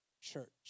church